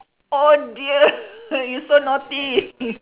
oh dear you so naughty